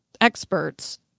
experts